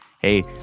Hey